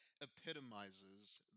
epitomizes